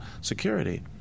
security